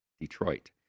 Detroit